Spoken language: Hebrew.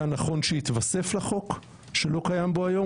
נכון שיתווסף לחוק שלא קיים בו היום,